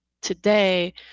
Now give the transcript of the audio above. Today